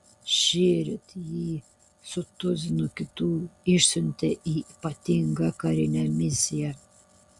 šįryt jį su tuzinu kitų išsiuntė į ypatingą karinę misiją